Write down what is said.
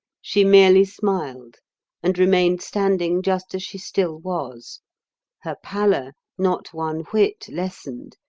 she merely smiled and remained standing just as she still was her pallor not one whit lessened,